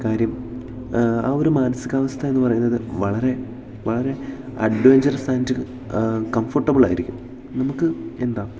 കാര്യം ആ ഒരു മാനസികാവസ്ഥ എന്ന് പറയുന്നത് വളരെ വളരെ അഡ്വഞ്ചറസ് ആൻറ്റ് കംഫോർട്ടബിൾ ആയിരിക്കും നമുക്ക് എന്താ